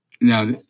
Now